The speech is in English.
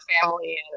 family